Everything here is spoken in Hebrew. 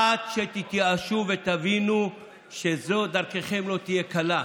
עד שתתייאשו ותבינו שדרככם לא תהיה קלה.